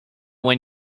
when